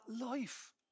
life